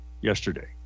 yesterday